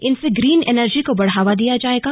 इनसे green energy को बढ़ावा दिया जाएगा